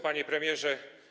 Panie Premierze!